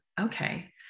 okay